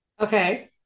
Okay